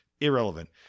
irrelevant